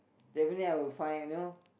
definitely I will find you know